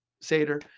Seder